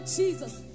Jesus